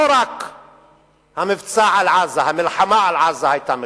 לא רק המבצע על עזה, המלחמה על עזה, היתה מלחמה,